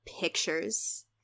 pictures